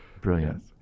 brilliant